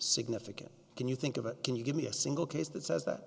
significant can you think of it can you give me a single case that says that